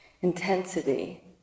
intensity